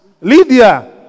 Lydia